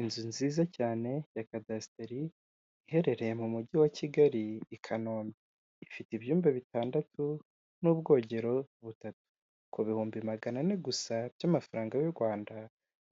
Inzu nziza cyane ya kadasiteri, iherereye mu mujyi wa Kigali, i Kanombe. Ifite ibyumba bitandatu n'ubwogero butatu. Ku bihumbi magana ane gusa by'amafaranga y'u Rwanda,